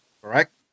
Correct